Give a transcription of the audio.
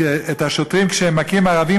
כשהם מכים ערבים,